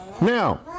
Now